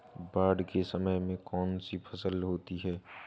बाढ़ के समय में कौन सी फसल होती है?